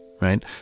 right